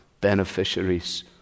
beneficiaries